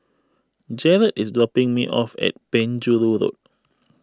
Jarett is dropping me off at Penjuru Road